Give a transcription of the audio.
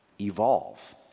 evolve